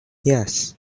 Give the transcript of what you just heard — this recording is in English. yes